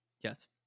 Yes